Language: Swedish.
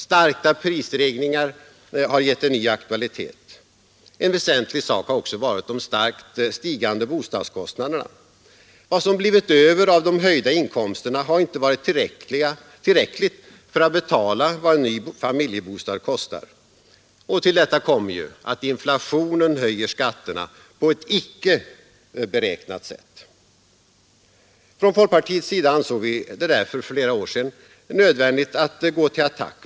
Starka prisstegringar har gett det ny aktualitet. En väsentlig sak har också varit de starkt stigande bostadskostnaderna. Vad som blivit över av de höjda inkomsterna har inte varit tillräckligt för att betala vad en ny familjebostad kostar. Till detta kommer ju att inflationen höjer skatterna på ett icke beräknat sätt. Från folkpartiets sida ansåg vi det därför för flera år sedan nödvändigt att gå till attack.